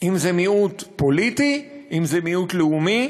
אם זה מיעוט פוליטי, אם זה מיעוט לאומי.